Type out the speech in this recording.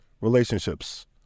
relationships